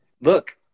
Look